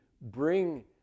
bring